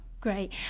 great